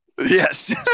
Yes